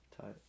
Tight